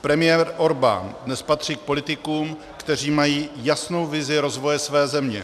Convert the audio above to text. Premiér Orbán dnes patří k politikům, kteří mají jasnou vizi rozvoje své země.